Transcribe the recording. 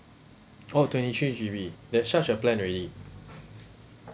oh twenty three G_B they charge the plan already